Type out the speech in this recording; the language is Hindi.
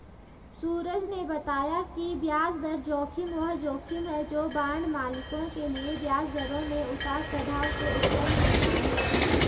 सूरज ने बताया कि ब्याज दर जोखिम वह जोखिम है जो बांड मालिकों के लिए ब्याज दरों में उतार चढ़ाव से उत्पन्न होता है